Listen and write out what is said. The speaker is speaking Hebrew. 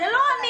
זה לא אני.